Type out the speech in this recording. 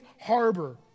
harbor